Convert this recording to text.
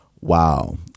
Wow